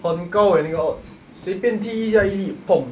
很高 eh 那个 odds 随便踢一下一利